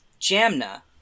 Jamna